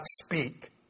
speak